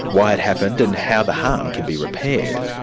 why it happened and how the harm can be repaired.